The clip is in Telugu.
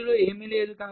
మధ్యలో ఏమీ లేదు